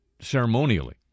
ceremonially